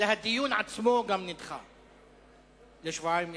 אלא הדיון עצמו נדחה גם הוא לשבועיים ימים.